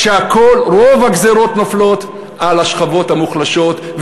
ורוב הגזירות נופלות על השכבות המוחלשות,